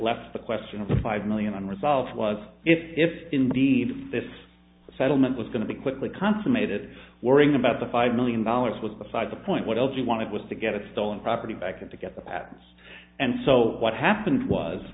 left the question of the five million unresolved was if indeed this settlement was going to be quickly consummated worrying about the five million dollars was beside the point what else you wanted was to get a stolen property back and to get the patents and so what happened was